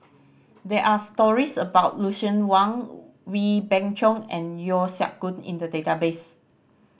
there're stories about Lucien Wang Wee Beng Chong and Yeo Siak Goon in the database